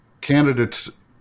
candidates